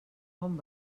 bon